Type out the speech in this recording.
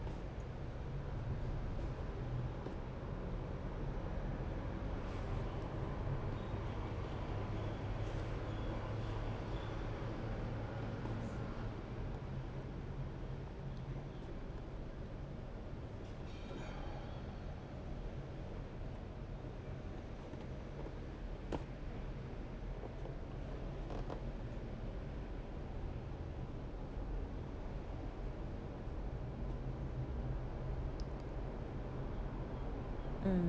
mm